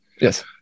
Yes